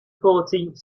fourteenth